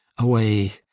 away,